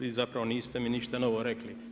Vi zapravo niste mi ništa novo rekli.